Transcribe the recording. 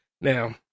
Now